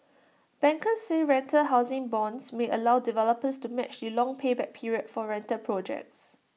bankers say rental housing bonds may allow developers to match the long payback period for rental projects